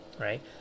right